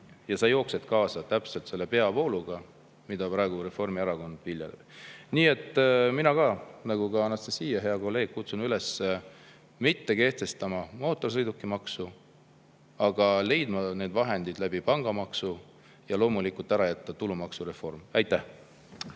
ja sa jooksed kaasa täpselt selle peavooluga, mida praegu Reformierakond viljeleb. Nii et mina ka, nagu tegi Anastassia, hea kolleeg, kutsun üles mitte kehtestama mootorsõidukimaksu ja leidma need vahendid pangamaksu abil ja loomulikult ära jätma tulumaksureformi. Aitäh!